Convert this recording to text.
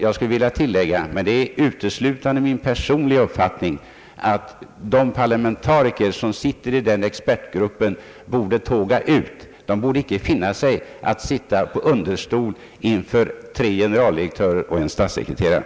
Jag vill tillägga, men det är uteslutande min personliga uppfattning, att de parlamentariker som sitter i den expertgruppen borde tåga ut. De borde icke finna sig i att sitta på understol inför tre generaldirektörer och en statssekreterare.